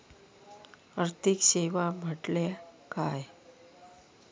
आर्थिक सेवा म्हटल्या काय?